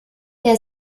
wer